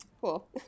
cool